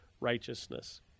righteousness